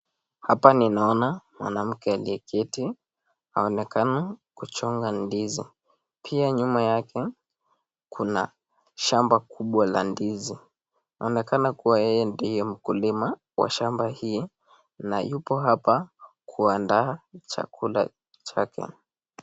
Hapa ninaona mwanamke aliyeketi, aonekana kuchoga ndizi. Pia nyuma yake kuna shamba kubwa la ndizi. Inaonekana kuwa yeye ndiye mkulima wa shamba hii na yupo hapa kuandaa chakula chake.